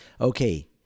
Okay